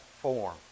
form